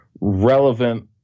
relevant